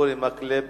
אורי מקלב